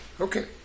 Okay